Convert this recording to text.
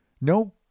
No